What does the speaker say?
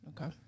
Okay